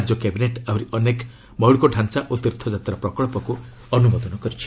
ରାଜ୍ୟ କ୍ୟାବିନେଟ୍ ଆହୁରି ଅନେକ ମୌଳିକ ଢାଞ୍ଚା ଓ ତୀର୍ଥ ଯାତ଼୍ା ପ୍ରକଳ୍ପକୃ ଅନୁମୋଦନ କରିଛି